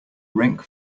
rink